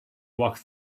walk